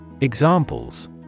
Examples